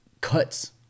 cuts